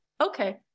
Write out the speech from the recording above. Okay